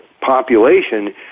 population